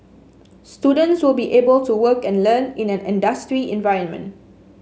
students will be able to work and learn in an industry environment